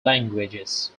languages